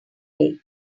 day